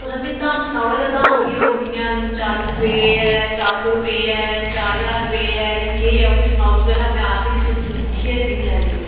तुस असें गी एह्दा दाम सुनाओ दाम केह् होग चाली रपेऽ ऐ चार सौ रपेऽ ऐ चार ज्हार रपेऽ ऐ जां केह् ऐ क्योंकि असें अपनी आर्थिक स्थिती दिक्खियै चीज लैनी